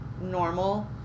normal